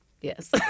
Yes